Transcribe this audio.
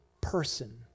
person